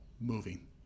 moving